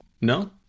no